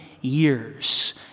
years